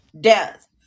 death